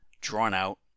drawn-out